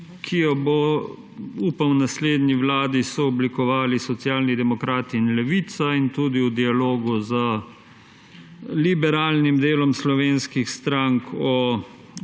ki jo bomo, upam, v naslednji vladi sooblikovali Socialni demokrati in Levica, tudi v dialogu z liberalnim delom slovenskih strank o